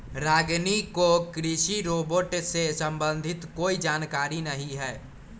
रागिनी को कृषि रोबोट से संबंधित कोई जानकारी नहीं है